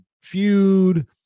feud